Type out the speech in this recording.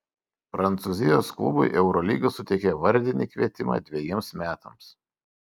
prancūzijos klubui eurolyga suteikė vardinį kvietimą dvejiems metams